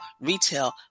Retail